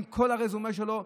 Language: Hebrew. עם כל הרזומה שלו,